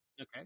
Okay